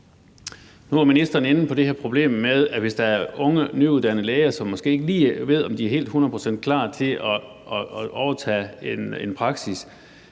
Nu var ministeren inde på det her problem med, hvis der er unge nyuddannede læger, som måske ikke lige ved, om de er helt hundrede procent klar til at overtage en praksis,